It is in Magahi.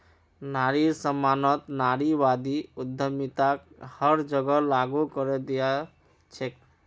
नारिर सम्मानत नारीवादी उद्यमिताक हर जगह लागू करे दिया छेक